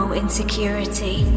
insecurity